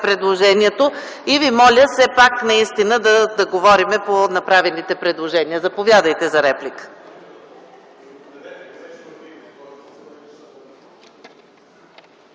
предложението. Моля ви все пак наистина да говорим по направените предложения. Заповядайте за реплика.